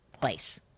place